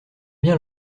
bien